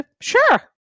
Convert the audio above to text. Sure